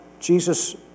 Jesus